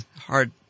hard